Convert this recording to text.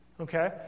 Okay